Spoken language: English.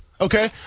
okay